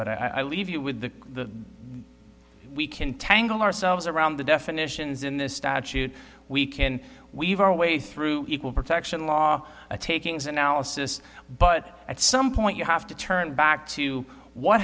but i leave you with the we can tangle ourselves around the definitions in this statute we can weave our way through equal protection law a takings analysis but at some point you have to turn back to what